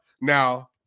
Now